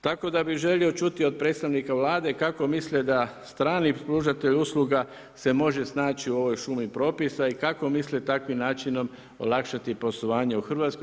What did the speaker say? Tako da bih želio čuti od predstavnika Vlade kako misle da strani pružatelj usluga se može snaći u ovoj šumi propisa i kako misle takvim načinom olakšati poslovanje u Hrvatskoj.